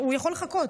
הוא יכול לחכות.